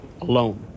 alone